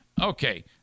okay